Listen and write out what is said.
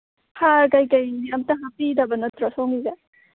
ꯍꯥꯔ ꯀꯩꯀꯩꯗꯤ ꯑꯝꯇ ꯍꯥꯞꯄꯤꯗꯕ ꯅꯠꯇ꯭ꯔꯣ ꯁꯣꯝꯒꯤꯁꯦ